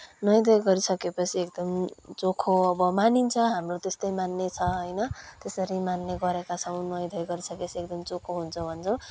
नुहाइ धुवाइ गरिसकेपछि एकदम चोखो अब मानिन्छ हाम्रो त्यस्तै मान्ने छ होइन त्यसरी मान्ने गरेका छौँ नुहाइ धुवाइ गरि सकेपछि एकदम चोखो हुन्छ भन्छौँ